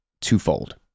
twofold